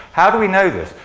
how do we know this?